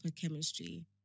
chemistry